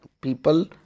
People